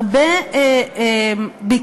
הרבה גברים,